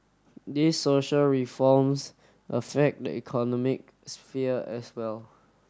these social reforms affect the economic sphere as well